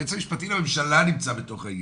היועץ המשפטי לממשלה נמצא בתוך העניין,